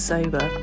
Sober